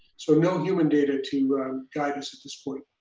so no human data to guide us at this point.